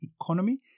economy